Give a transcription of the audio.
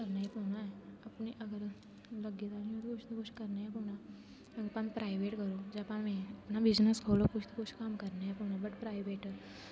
अपना गै सब कुछ कीते दा कोई डैलीवेजर लग्गे दा उंहे सब कुछ अपना गै कीते दा केह् करना कुछ ते कुछ करना गै पौना अपने अगर लग्गे दा नेई ते कुछ ना कुछ करना गै पौना भावें प्राइवेट करो पावे अपना बिजनस खोलो कुछ ते कुछ कम्म करने गो पौना बट प्राइवेट